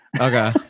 Okay